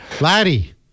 Laddie